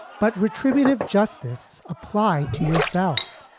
but retributive justice applied to yourself?